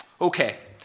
Okay